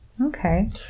Okay